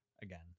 Again